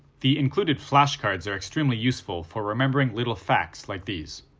the included flashcards are extremely useful for remembering little facts like these.